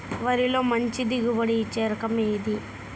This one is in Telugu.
వరిలో మంచి దిగుబడి ఇచ్చే రకం ఏది?